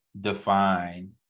define